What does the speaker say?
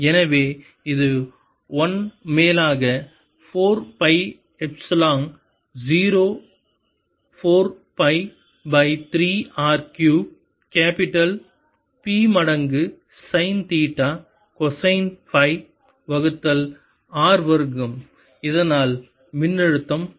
எனவே இது 1 மேலாக 4 pi epsilon 0 4 pi pi 3 R cube capital P மடங்கு சைன் தீட்டா கொசைன் சை வகுத்தல் r வர்க்கம் இதனால் மின்னழுத்தம் பெறலாம்